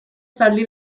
zaldi